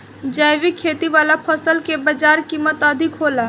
जैविक खेती वाला फसल के बाजार कीमत अधिक होला